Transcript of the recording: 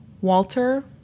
Walter